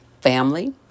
family